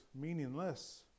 meaningless